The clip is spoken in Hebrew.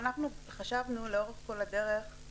באופן עקרוני אנחנו חושבים שיותר נכון מאגר שהוא מאגר